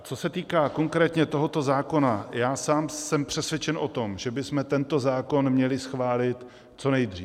Co se týče konkrétně tohoto zákona, já sám jsem přesvědčen o tom, že bychom tento zákon měli schválit co nejdřív.